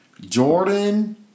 Jordan